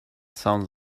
sounds